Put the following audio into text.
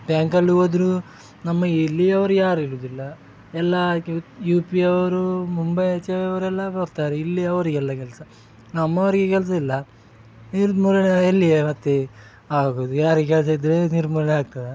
ಬ್ಯಾಂಕಲ್ಲಿ ಹೋದರು ನಮ್ಮ ಇಲ್ಲಿಯವ್ರು ಯಾರು ಇರುವುದಿಲ್ಲ ಎಲ್ಲ ಯು ಪಿ ಅವ್ರು ಮುಂಬೈ ಆಚೆಯವರೆಲ್ಲ ಬರ್ತಾರೆ ಇಲ್ಲಿ ಅವರಿಗೆಲ್ಲ ಕೆಲಸ ನಮ್ಮವರಿಗೆ ಕೆಲಸ ಇಲ್ಲ ನಿರ್ಮೂಲನೆ ಎಲ್ಲಿ ಮತ್ತೆ ಆಗೋದು ಯಾರಿಗೆ ಕೆಲಸ ಇದ್ದರೆ ನಿರ್ಮೂಲನೆ ಆಗ್ತದಾ